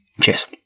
Cheers